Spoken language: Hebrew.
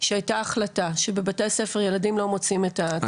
שהייתה החלטה שבבתי הספר הילדים לא מוציאים את הטלפונים.